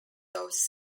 those